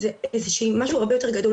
זה משהו הרבה יותר גדול,